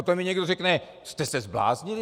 To mi někdo řekne: Vy jste se zbláznili?